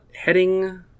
heading